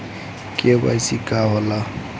KYC का होला?